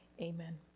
Amen